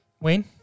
Wayne